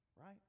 right